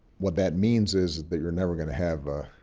what that means is that you're never going to have a